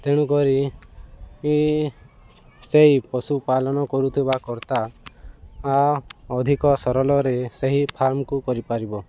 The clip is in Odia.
ତେଣୁକରି ସେଇ ପଶୁପାଳନ କରୁଥିବା କର୍ତ୍ତା ଅଧିକ ସରଲରେ ସେହି ଫାର୍ମକୁ କରିପାରିବ